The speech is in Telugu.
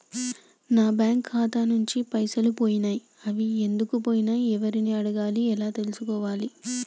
నా బ్యాంకు ఖాతా నుంచి పైసలు పోయినయ్ అవి ఎందుకు పోయినయ్ ఎవరిని అడగాలి ఎలా తెలుసుకోవాలి?